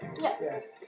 Yes